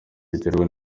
biterwa